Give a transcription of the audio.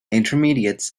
intermediates